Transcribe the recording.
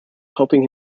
helping